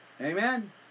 Amen